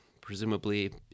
presumably